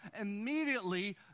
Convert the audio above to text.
immediately